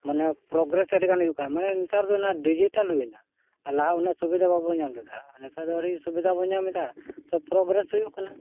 ᱢᱟᱱᱮ ᱯᱨᱚᱜᱨᱮᱥ ᱟᱹᱰᱤ ᱜᱟᱱ ᱦᱩᱭᱩᱜ ᱠᱟᱱᱟ ᱢᱟᱱᱮ ᱱᱮᱛᱟᱨ ᱫᱚ ᱚᱱᱟ ᱰᱤᱡᱤᱴᱟᱞ ᱦᱩᱭᱱᱟ ᱟᱨ ᱞᱟᱦᱟ ᱩᱱᱟᱹᱜ ᱥᱩᱵᱤᱫᱟ ᱵᱟᱵᱚᱱ ᱧᱟᱢ ᱞᱮᱫᱟ ᱟᱨ ᱱᱮᱛᱟᱨ ᱫᱚ ᱟᱹᱰᱤ ᱥᱩᱵᱤᱫᱟ ᱵᱚᱱ ᱧᱟᱢ ᱮᱫᱟ ᱛᱚ ᱯᱨᱚᱜᱨᱮᱥ ᱦᱩᱭᱩᱜ ᱠᱟᱱᱟ